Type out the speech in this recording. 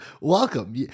welcome